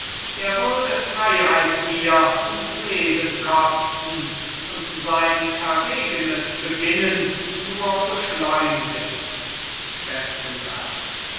er würde freiheit mir und leben kosten und sein verwegenes beginnen nur beschleunigen questenberg